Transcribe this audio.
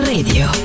Radio